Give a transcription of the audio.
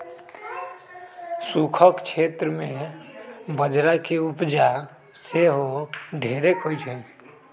सूखक क्षेत्र में बजरा के उपजा सेहो ढेरेक होइ छइ